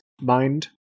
mind